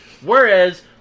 Whereas